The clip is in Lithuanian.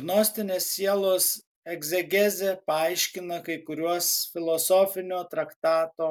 gnostinė sielos egzegezė paaiškina kai kuriuos filosofinio traktato